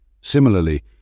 Similarly